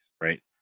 right